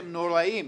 הם נוראיים,